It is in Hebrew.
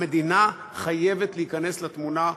המדינה חייבת להיכנס לתמונה,